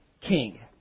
king